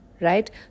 right